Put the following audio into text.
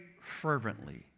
fervently